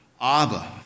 Abba